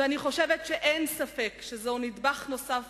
ואני חושבת שאין ספק שזהו נדבך נוסף